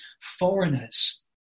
foreigners